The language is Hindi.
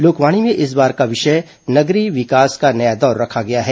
लोकवाणी में इस बार का विषय नगरीय विकास का नया दौर रखा गया है